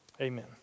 amen